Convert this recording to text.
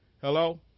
hello